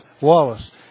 Wallace